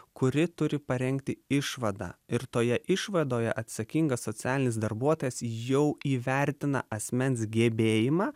kuri turi parengti išvadą ir toje išvadoje atsakingas socialinis darbuotojas jau įvertina asmens gebėjimą